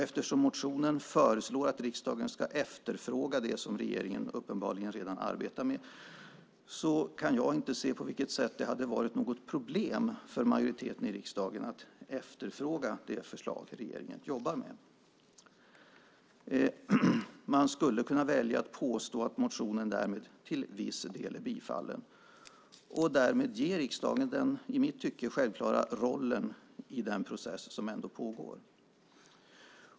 Eftersom det föreslås i motionen att riksdagen ska efterfråga det som regeringen uppenbarligen redan arbetar med kan jag inte se på vilket sätt det hade varit något problem för majoriteten i riksdagen att efterfråga det förslag regeringen jobbar med. Man skulle kunna välja att påstå att motionen därmed till viss del är bifallen och därmed ge riksdagen den i mitt tycke självklara rollen i den process som ändå pågår.